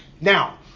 Now